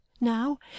now